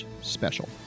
special